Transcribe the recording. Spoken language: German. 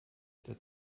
der